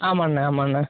ஆமாண்ணே ஆமாண்ணே